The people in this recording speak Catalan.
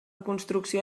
construcció